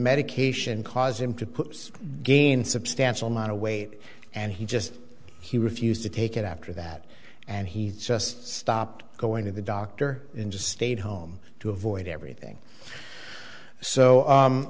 medication caused him to put again substantial amount of weight and he just he refused to take it after that and he just stopped going to the doctor in just stayed home to avoid everything so